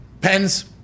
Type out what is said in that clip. Pens